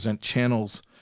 channels